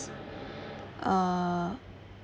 uh